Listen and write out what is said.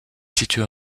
située